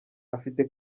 afite